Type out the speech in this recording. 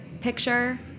picture